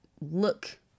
look